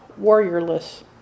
warriorless